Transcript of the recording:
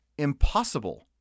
impossible